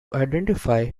identify